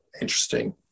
interesting